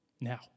Now